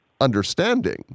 understanding